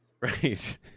right